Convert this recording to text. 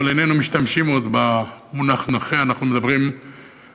אבל איננו משתמשים עוד במונח "נכה"; אנחנו מדברים על